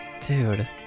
Dude